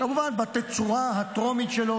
כמובן בתצורה הטרומית שלו,